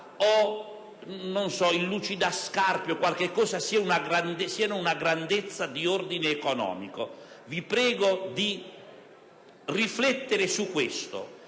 o il lucidascarpe siano grandezze di ordine economico. Vi prego di riflettere su tale